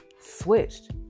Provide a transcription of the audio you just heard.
switched